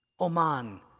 Oman